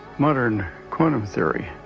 modern quantum theory,